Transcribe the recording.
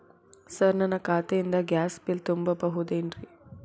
Sir ನನ್ನ ಖಾತೆಯಿಂದ gas bill ತುಂಬಹುದೇನ್ರಿ?